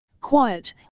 Quiet